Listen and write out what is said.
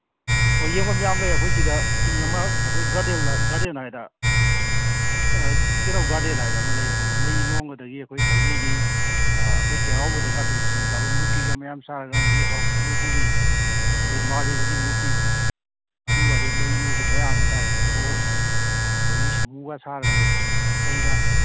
ꯑꯣ ꯌꯦꯡꯉꯣ ꯃꯌꯥꯝ ꯂꯩ ꯑꯩꯈꯣꯏ ꯁꯤꯗ ꯆꯤꯡ ꯑꯃ ꯑꯩꯈꯣꯏ ꯒꯥꯔꯗꯦꯟ ꯍꯥꯏꯔ ꯀꯩꯔꯥꯎ ꯒꯥꯔꯗꯦꯟ ꯍꯥꯏꯗ ꯑꯃ ꯂꯩ ꯑꯗꯨꯗ ꯂꯩ ꯂꯣꯡ ꯑꯗꯒꯤ ꯑꯩꯈꯣꯏ ꯊꯥꯏꯅꯒꯤ ꯑꯩꯈꯣꯏ ꯆꯩꯔꯥꯎꯕꯗꯒ ꯁꯨꯝ ꯆꯤꯡ ꯀꯥꯕꯝ ꯃꯨꯔꯇꯤꯒ ꯃꯌꯥꯝ ꯁꯥꯔꯒ ꯑꯗꯒꯤ ꯍꯥꯎ ꯁꯝꯕꯨ ꯄꯨꯕꯤ ꯑꯗꯒꯤ ꯃꯍꯥꯗꯦꯕꯒꯤ ꯃꯨꯔꯇꯤ ꯑꯗꯨꯝꯕ ꯑꯗꯒꯤ ꯂꯩ ꯅꯨꯡꯁꯨ ꯃꯌꯥꯝ ꯑꯃ ꯊꯥꯏ ꯔꯣꯁ ꯑꯗꯒ ꯁꯃꯨꯒ ꯁꯥꯔꯒ ꯂꯩ ꯂꯩꯅ